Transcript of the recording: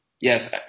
yes